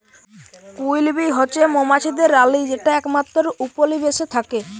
queen bee হছে মোমাছিদের রালী যে একমাত্তর উপলিবেশে থ্যাকে